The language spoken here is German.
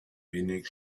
wenig